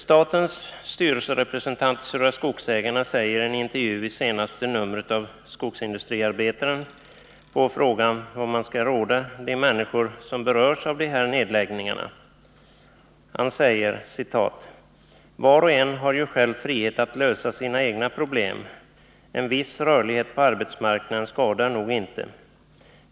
Statens styrelserepresentant i Södra Skogsägarna säger i en intervju i senaste numret av Skogsindustriarbetaren på frågan om vad man skall råda de människor som berörs av nedläggningarna: ”Var och en har ju själv frihet att lösa sina egna problem —-—-=—-. En viss rörlighet på arbetsmarknaden skadar nog inte.